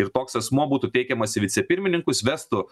ir toks asmuo būtų teikiamas į vicepirmininkus vestų